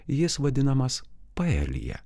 jis vadinamas paelija